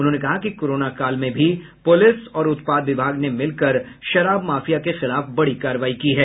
उन्होंने कहा कि कोरोना काल में भी पुलिस और उत्पाद विभाग ने मिलकर शराब माफिया के खिलाफ बड़ी कार्रवाई की है